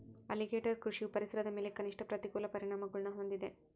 alligator ಕೃಷಿಯು ಪರಿಸರದ ಮೇಲೆ ಕನಿಷ್ಠ ಪ್ರತಿಕೂಲ ಪರಿಣಾಮಗುಳ್ನ ಹೊಂದಿದೆ